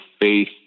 faith